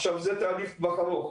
עכשיו זה תהליך לטווח ארוך.